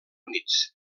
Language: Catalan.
units